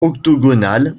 octogonal